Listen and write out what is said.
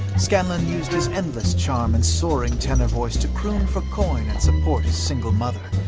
scanlan used his endless charm and soaring tenor voice to croon for coin and support his single mother.